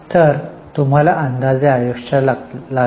तर तुम्हाला अंदाजे आयुष्य लागेल